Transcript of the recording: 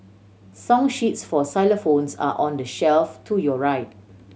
song sheets for xylophones are on the shelf to your right